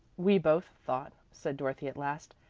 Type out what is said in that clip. we both thought, said dorothy at last,